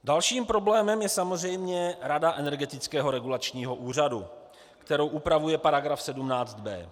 Dalším problémem je samozřejmě rada Energetického regulačního úřadu, kterou upravuje § 17b.